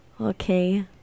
okay